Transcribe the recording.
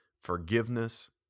Forgiveness